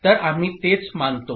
तर आम्ही तेच मानतो